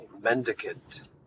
mendicant